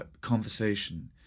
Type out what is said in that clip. conversation